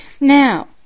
now